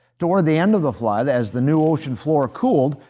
toward the end of the flood, as the new ocean floor cooled,